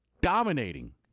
dominating